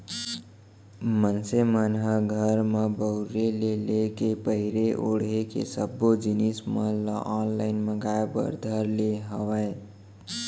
मनसे मन ह घर म बउरे ले लेके पहिरे ओड़हे के सब्बो जिनिस मन ल ऑनलाइन मांगए बर धर ले हावय